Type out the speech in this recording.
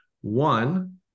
One